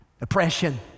oppression